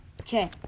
Okay